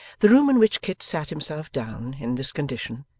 the room in which kit sat himself down, in this condition,